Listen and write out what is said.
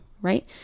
right